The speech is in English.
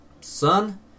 son